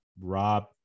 Rob